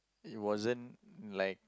it wasn't like